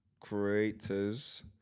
creators